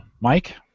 Mike